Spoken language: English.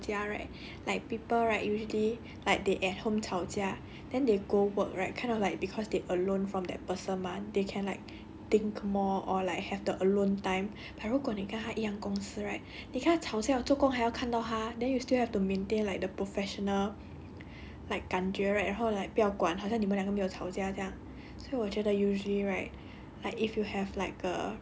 ya 不要讲 break up like even if 你吵架 right like people right usually like they at home 吵架 then they go work right kind of like cause they alone from that person mah they can like think more or like have the alone time but 如果你跟我他一样公司 right 你跟他吵架做工还要看到他 then you still have to maintain like the professional like 感觉 right 然后 like 不要管好像你们两个没有吵架这样所以我觉得